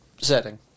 setting